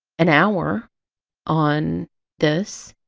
an hour on this,